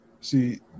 See